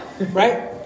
right